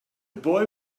boy